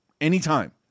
anytime